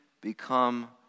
become